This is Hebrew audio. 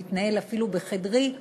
והוא התנהל אפילו בחדרי.